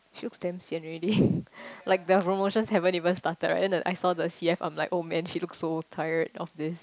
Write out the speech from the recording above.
she looks damn sian already like the promotions haven't even started right then the I saw the C_F like [oh]-man she looks so tired of this